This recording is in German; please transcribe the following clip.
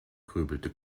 grübelte